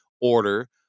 Order